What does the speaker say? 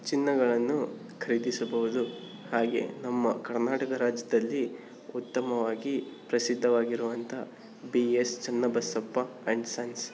ಚಿನ್ನಗಳನ್ನು ಖರೀದಿಸಬಹುದು ಹಾಗೆ ನಮ್ಮ ಕರ್ನಾಟಕ ರಾಜ್ಯದಲ್ಲಿ ಉತ್ತಮವಾಗಿ ಪ್ರಸಿದ್ಧವಾಗಿರುವಂಥ B S Channabasappa and sons